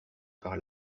par